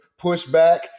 pushback